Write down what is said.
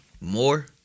more